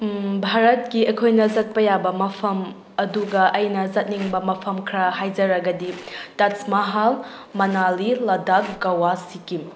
ꯚꯥꯔꯠꯀꯤ ꯑꯩꯈꯣꯏꯅ ꯆꯠꯄ ꯌꯥꯕ ꯃꯐꯝ ꯑꯗꯨꯒ ꯑꯩꯅ ꯆꯠꯅꯤꯡꯕ ꯃꯐꯝ ꯈꯔ ꯍꯥꯏꯖꯔꯒꯗꯤ ꯇꯥꯖ ꯃꯍꯜ ꯃꯅꯥꯂꯤ ꯂꯗꯥꯛ ꯒꯋꯥ ꯁꯤꯀꯤꯝ